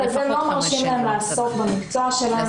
הזה לא מרשים להם לעסוק במקצוע שלהם,